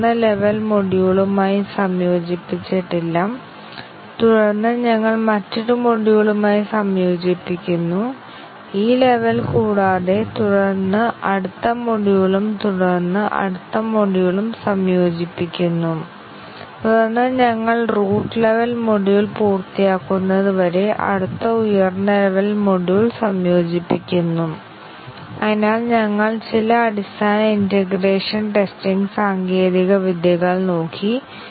നമുക്ക് ഈ മ്യൂട്ടേറ്റ് ചെയ്ത എല്ലാ പ്രോഗ്രാമുകളും ഒരു ഉപകരണത്തിലൂടെ സൃഷ്ടിക്കാൻ കഴിയും കൂടാതെ എല്ലാ ടെസ്റ്റ് കേസുകളും പ്രവർത്തിപ്പിക്കാനും ഇവ കടന്നുപോകുന്നുണ്ടോ പരാജയപ്പെടുന്നുണ്ടോ എന്ന് പരിശോധിക്കാനും കഴിയും അതിനാൽ മ്യൂട്ടേഷൻ ടെസ്റ്റിംഗ് സാങ്കേതികത ഓട്ടോമേഷനു അനുയോജ്യമാണ്